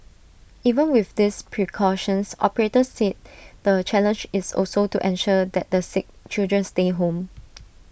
even with these precautions operators said the challenge is also to ensure that the sick children stay home